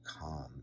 calm